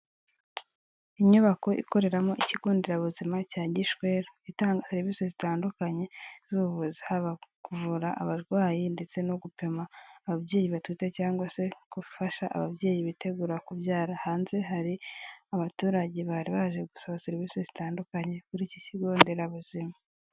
Inyubako ikoreramo ikigo nderabuzima cya Gishweru itanga serivisi zitandukanye z'ubuvuzi haba kuvura abarwayi ndetse no gupima ababyeyi batwite cyangwa se gufasha ababyeyi bitegura kubyara, hanze hari abaturage bari baje gusaba serivisi zitandukanye kuri iki kigo nderabuzima.